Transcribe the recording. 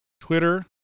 Twitter